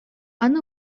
аны